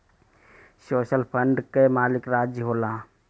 social fund कअ मालिक राज्य होला